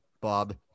Bob